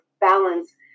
balance